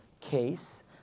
case